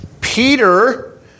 Peter